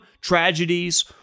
tragedies